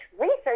research